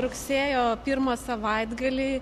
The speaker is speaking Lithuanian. rugsėjo pirmą savaitgalį